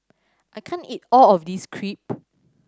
I can't eat all of this Crepe